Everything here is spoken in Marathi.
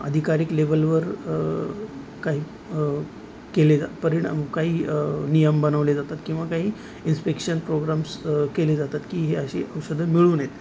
आधिकाधिक लेवलवर काही केले ज परिणाम काही नियम बनवले जातात किंवा काही इन्स्पेक्शन प्रोग्राम्स केले जातात की ही अशी औषधं मिळू नयेत